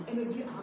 energy